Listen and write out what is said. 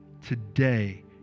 today